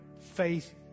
faith